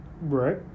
Right